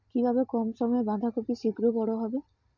কিভাবে কম সময়ে বাঁধাকপি শিঘ্র বড় হবে?